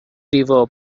reverb